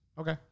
Okay